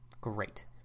great